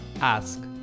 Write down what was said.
Ask